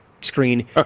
screen